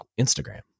Instagram